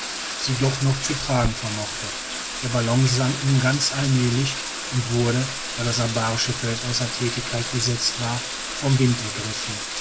sie doch noch zu tragen vermochte der ballon sank nur ganz allmählich und wurde da das abarische feld außer tätigkeit gesetzt war vom wind ergriffen